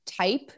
type